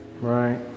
Right